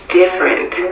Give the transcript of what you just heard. different